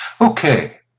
Okay